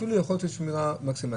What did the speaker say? אפילו יכול להיות ששמירה מקסימלית.